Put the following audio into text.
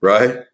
Right